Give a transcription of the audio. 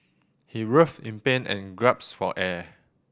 he writhed in pain and gasped for air